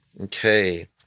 Okay